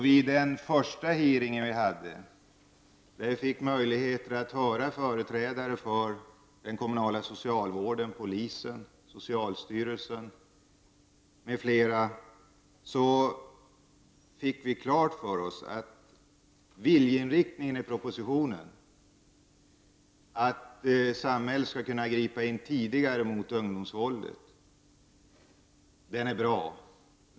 Vid den första hearingen som vi hade — vi hade då möjlighet att höra företrädare för den kommunala socialvården, för polisen, för socialstyrelsen m.fl. — fick vi klart för oss att viljeinriktningen i propositionen, nämligen att samhället skall kunna gripa in tidigare mot ungdomsvåldet, är bra.